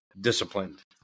disciplined